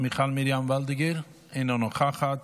מיכל מרים וולדיגר, אינה נוכחת.